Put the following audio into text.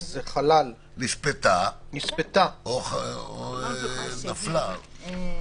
נספתה או נפלה.